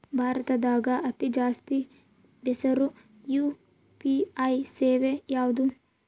ಭಾರತದಗ ಅತಿ ಜಾಸ್ತಿ ಬೆಸಿರೊ ಯು.ಪಿ.ಐ ಸೇವೆ ಯಾವ್ದು?